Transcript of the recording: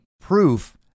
proof